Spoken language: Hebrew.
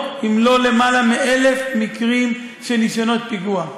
אם לא למעלה מ-1,000 מקרים של ניסיונות פיגוע.